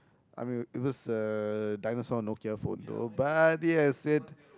I mean it was a dinosaur Nokia phone though but yes it